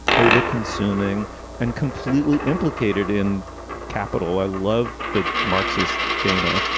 overconsuming and completely implicated in capital. i love the marxist dana,